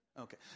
Okay